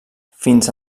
fins